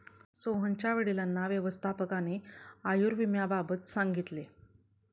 सोहनच्या वडिलांना व्यवस्थापकाने आयुर्विम्याबाबत सांगितले